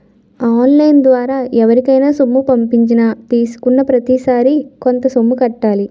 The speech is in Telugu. ఆన్ లైన్ ద్వారా ఎవరికైనా సొమ్ము పంపించినా తీసుకున్నాప్రతిసారి కొంత సొమ్ము కట్టాలి